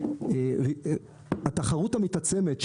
התחרות המתעצמת,